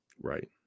Right